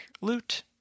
loot